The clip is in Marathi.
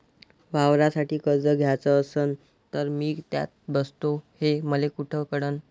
वावरासाठी कर्ज घ्याचं असन तर मी त्यात बसतो हे मले कुठ कळन?